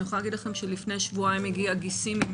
לפני שבועיים הגיע גיסי.